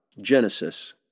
Genesis